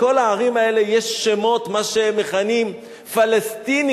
לכל הערים האלה יש שמות, מה שהם מכנים, פלסטיניים.